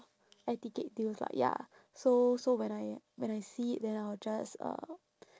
air ticket deals like ya so so when I when I see it then I'll just uh